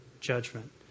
judgment